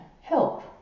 help